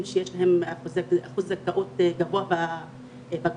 שיש להם אחוז זכאות גבוה בבגרויות,